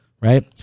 Right